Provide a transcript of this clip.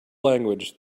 language